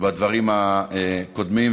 בדברים הקודמים,